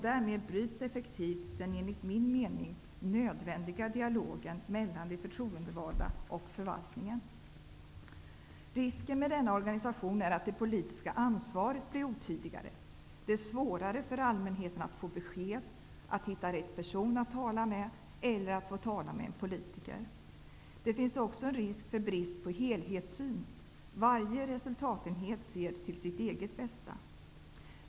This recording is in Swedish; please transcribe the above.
Därmed bryts effektivt den enligt min mening nödvändiga dialogen mellan de förtroendevalda och förvaltningen. Risken med denna organisation är att det politiska ansvaret blir otydligare. Det är svårare för allmänheten att få besked, att hitta rätt person att tala med eller att få tala med en politiker. Det finns också en risk för brist på helhetssyn; varje resultatenhet ser till sitt eget bästa.